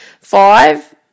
five